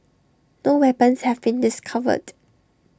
no weapons have been discovered